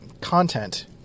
content